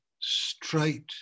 straight